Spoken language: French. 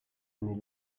année